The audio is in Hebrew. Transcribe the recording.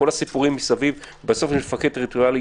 כל הסיפורים מסביב בסוף יש מפקד טריטוריאלי,